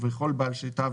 וכל בעל שליטה,